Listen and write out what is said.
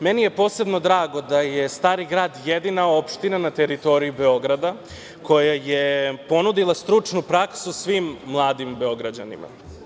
meni je posebno drago da je Stari Grad jedina opština ne teritoriji Beograda koja je ponudila stručnu praksu svim mladim Beograđanima.